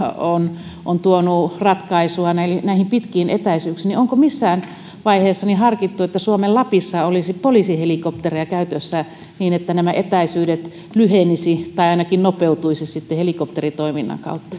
on on tuonut ratkaisua näihin näihin pitkiin etäisyyksiin onko missään vaiheessa harkittu että suomen lapissa olisi poliisihelikopteri käytössä niin että nämä etäisyydet lyhenisivät tai ainakin nopeutuisivat sitten helikopteritoiminnan